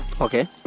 Okay